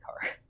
car